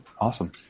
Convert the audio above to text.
Awesome